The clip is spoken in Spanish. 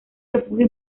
refugio